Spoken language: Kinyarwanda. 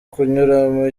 kunyuramo